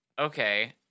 Okay